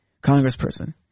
congressperson